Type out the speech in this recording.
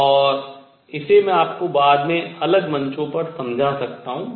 और इसे मैं आपको बाद में अलग मंचों पर समझा सकता हूँ